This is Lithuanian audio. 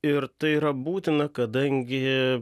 ir tai yra būtina kadangi